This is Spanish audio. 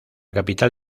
capital